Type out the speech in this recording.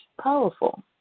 powerful